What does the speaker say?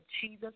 Jesus